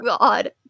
God